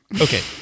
Okay